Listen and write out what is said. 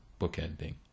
bookending